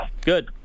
Good